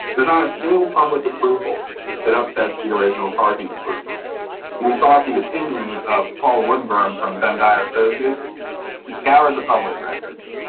there's not a single public approval that upsets the original parking approvals. when we saw the opinion of paul woodburn from ben dire associates who scoured the public records,